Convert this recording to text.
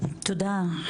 תודה,